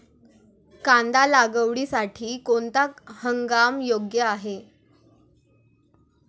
कांदा लागवडीसाठी कोणता हंगाम योग्य आहे?